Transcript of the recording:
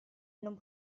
non